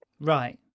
Right